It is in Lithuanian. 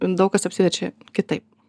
daug kas apsiverčia kitaip